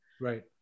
right